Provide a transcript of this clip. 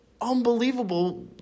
unbelievable